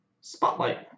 Spotlight